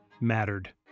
mattered